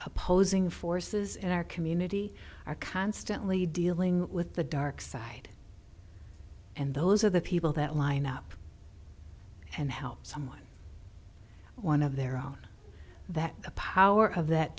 opposing forces in our community are constantly dealing with the dark side and those are the people that line up and help someone one of their own that the power of that